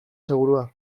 segurua